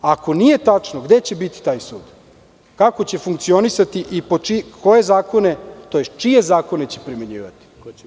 Ako nije tačno, gde će biti taj sud, kako će funkcionisati i čije zakone će primenjivati?